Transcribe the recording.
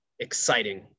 exciting